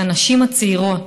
את הנשים הצעירות,